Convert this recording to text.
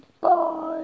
Bye